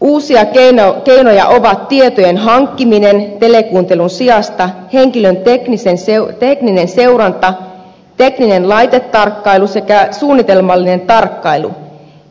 uusia keinoja ovat tietojen hankkiminen telekuuntelun sijasta henkilön tekninen seuranta tekninen laitetarkkailu sekä suunnitelmallinen tarkkailu